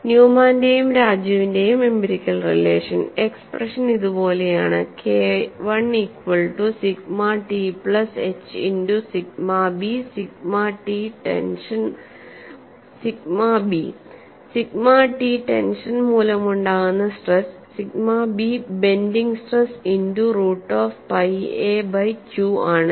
ന്യൂമാന്റെയും രാജുവിന്റെയും empirical relation expression ഇതുപോലെയാണ് KI equal to sigma T plus H into sigma B sigma T tension മൂലമുണ്ടാകുന്ന stress sigma B bending stress into root of pi A by Q ആണ്